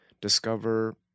discover